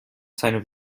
seinem